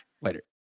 Later